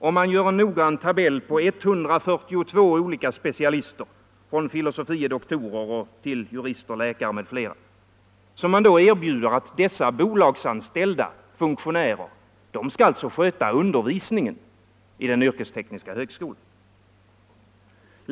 Man har gjort en noggrann tabell på 142 olika specialister från filosofie doktorer till jurister, läkare m.fl. Dessa bolagsanställda funktionärer föreslås alltså sköta undervisningen i den yrkestekniska högskolan.